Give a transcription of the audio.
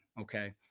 okay